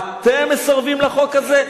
אתם מסרבים לחוק הזה?